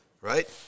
Right